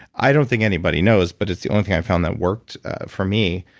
i don't think anybody knows, but it's the only thing i've found that worked for me.